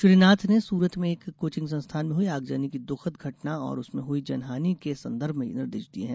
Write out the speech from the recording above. श्री नाथ ने सूरत में एक कोचिंग संस्थान में हुई आगजनी की दुःखद घटना और उसमें हुई जनहानि के संदर्भ में यह निर्देश दिए हैं